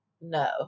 no